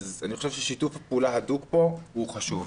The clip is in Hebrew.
אני חושב ששיתוף פעולה הדוק כאן הוא חשוב.